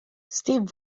steve